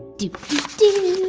doo doo